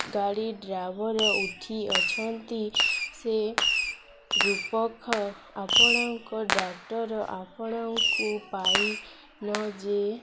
ଗାଡ଼ି ଡ୍ରାଇଭର ଉଠି ଅଛନ୍ତି ସେ ରୂପଖ ଆପଣଙ୍କ ଡକ୍ଟର ଆପଣଙ୍କୁ ପାଇନ ଯେ